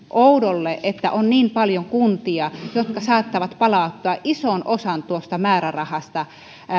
oudolle että on niin paljon kuntia jotka saattavat palauttaa ison osan tuosta määrärahasta